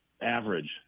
average